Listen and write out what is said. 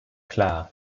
klar